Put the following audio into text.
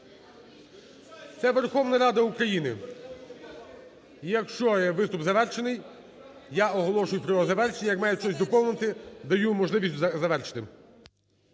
Це Верховна Рада України. Якщо є виступ завершений, я оголошую про його завершення. Якщо маєте щось доповнити, даю вам можливість завершити.